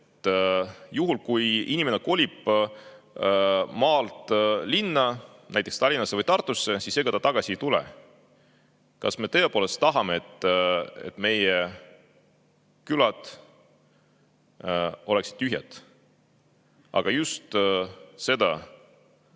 poliitika. Kui inimene kolib maalt linna, näiteks Tallinnasse või Tartusse, siis ega ta enam tagasi ei lähe. Kas me tõepoolest tahame, et meie külad oleksid tühjad? Aga just selle